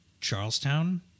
Charlestown